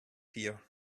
here